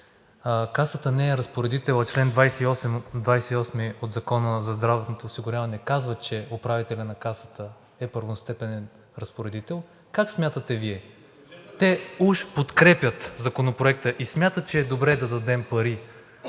Касата не е разпоредител, а чл. 28 от Закона за здравното осигуряване казва, че управителят на Касата е първостепенен разпоредител – как смятате Вие – те уж подкрепят Законопроекта и смятат, че е добре да дадем пари